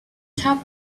top